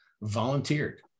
volunteered